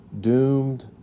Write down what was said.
doomed